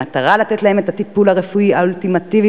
במטרה לתת להם את הטיפול הרפואי האולטימטיבי